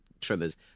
trimmers